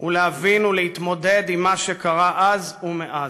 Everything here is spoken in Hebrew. להבין ולהתמודד עם מה שקרה אז ומאז.